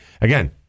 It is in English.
Again